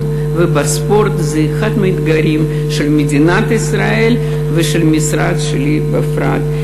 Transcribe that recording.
ובספורט היא אחד מהאתגרים של מדינת ישראל ושל המשרד שלי בפרט.